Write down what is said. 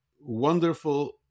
wonderful